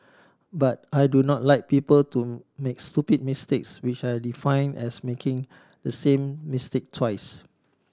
but I do not like people to make stupid mistakes which I define as making the same mistake twice